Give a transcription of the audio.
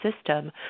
system